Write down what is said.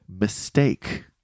mistake